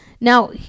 Now